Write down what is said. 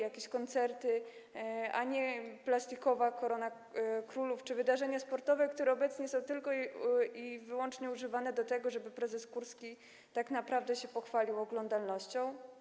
Jakieś koncerty, a nie plastikowa „Korona królów” czy wydarzenia sportowe, które obecnie są tylko i wyłącznie używane do tego, żeby prezes Kurski tak naprawdę się pochwalił oglądalnością.